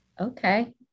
Okay